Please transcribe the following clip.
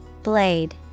Blade